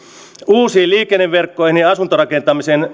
uusiin liikenneverkkoihin ja asuntorakentamiseen